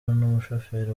n’umushoferi